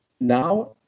now